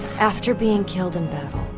after being killed in battle,